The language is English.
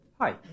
Hi